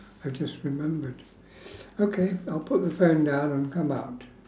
I just remembered okay I'll put the phone down and come out